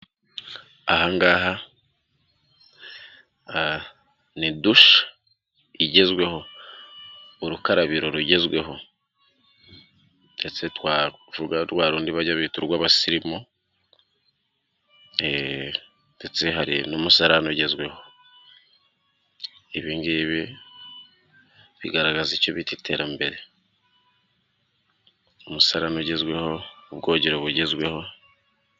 Aha ngaha ni dushe igezweho, urakarabiro rugezweho ndetse twavuga rwa rundi bajya bita urw'abasirimu ndetse hari n'umusarane ugezweho, ibi ngibi bigaragaza icyo bita iterambere, umusarane ugezweho, ubwogero bugezweho.